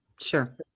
Sure